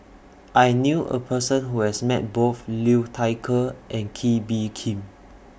I knew A Person Who has Met Both Liu Thai Ker and Kee Bee Khim